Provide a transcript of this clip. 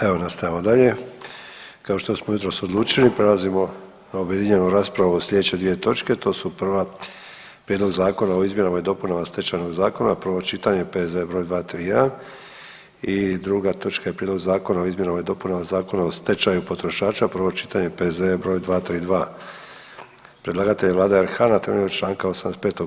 Evo nastavljamo dalje, kao što smo jučer odlučili prelazimo na objedinjenu raspravu o slijedeće dvije točke to su prva: - Prijedlog Zakona o izmjenama i dopunama stečajnog zakona, prvo čitanje, P.Z.E. broj 231 i druga točka je: - Prijedlog Zakona o izmjenama i dopunama Zakona o stečaju potrošača, prvo čitanje, P.Z.E. broj 232 Predlagatelj je Vlada RH na temelju Članka 85.